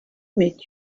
meet